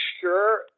sure